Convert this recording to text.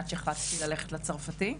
עד שהחלטתי ללכת לניתוח הצרפתי,